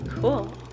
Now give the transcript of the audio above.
cool